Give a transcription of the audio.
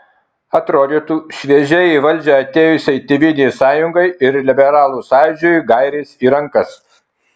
atrodytų šviežiai į valdžią atėjusiai tėvynės sąjungai ir liberalų sąjūdžiui gairės į rankas